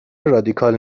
رادیکال